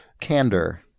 Candor